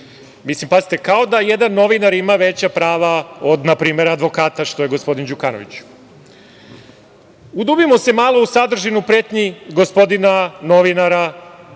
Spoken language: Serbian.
Milinovića. Pazite, kao da jedan novinar ima veća prava od na primer advokata, što je gospodin Đukanović. Udubimo se malo u sadržanu pretnji gospodina novinara